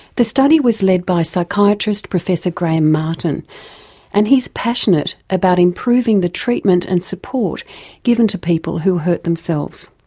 the study was led by psychiatrist professor graham martin and he's passionate about improving the treatment and support given to people who hurt themselves.